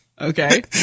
Okay